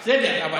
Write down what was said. עכשיו, בסדר.